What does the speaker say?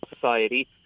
society